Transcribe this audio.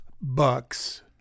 bucks